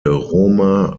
roma